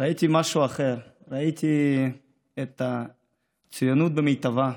ראיתי משהו אחר, ראיתי את הציונות במיטבה: